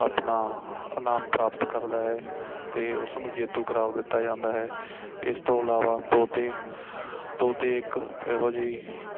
ਆਪਣਾ ਇਨਾਮ ਪ੍ਰਾਪਤ ਕਰਦਾ ਹੈ ਤਾਂ ਉਸਨੂੰ ਜੇਤੂ ਕਰਾਰ ਦਿੱਤਾ ਜਾਂਦਾ ਹੈ ਇਸ ਤੋਂ ਇਲਾਵਾ ਤੋਤੇ ਤੋਤੇ ਇੱਕ ਇਹੋ ਜਿਹੀ